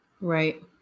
Right